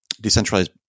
decentralized